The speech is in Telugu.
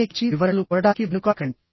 ప్రత్యేకించి వివరణలు కోరడానికి వెనుకాడకండి